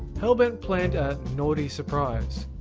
hellbent planned a naughty surprise.